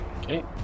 Okay